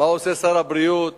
מה עושה שר הבריאות